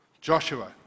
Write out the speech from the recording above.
Joshua